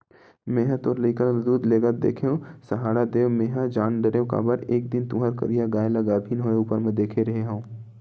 मेंहा तोर लइका ल दूद लेगत देखेव सहाड़ा देव मेंहा जान डरेव काबर एक दिन तुँहर करिया गाय ल गाभिन होय ऊपर म देखे रेहे हँव